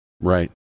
Right